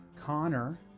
Connor